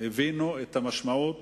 הבינו את המשמעות